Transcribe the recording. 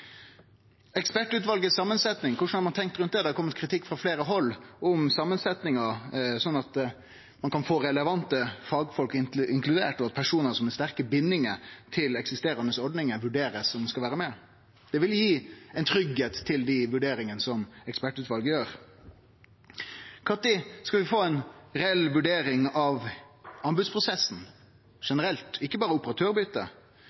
Korleis har ein tenkt rundt samansetjinga til ekspertutvalet – det har kome kritikk frå fleire hald for samansetjinga – sånn at ein kan få relevante fagfolk inkluderte, og at det blir vurdert om personar med sterke bindingar til eksisterande ordningar skal vere med? Det ville gi ein tryggleik med tanke på dei vurderingane som ekspertutvalet gjer. Når skal vi få ei reell vurdering av anbodsprosessen